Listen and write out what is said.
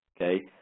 Okay